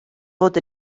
fod